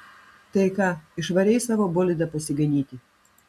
tai ką išvarei savo bolidą pasiganyti